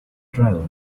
driver